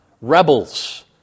Rebels